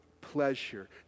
pleasure